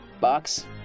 Box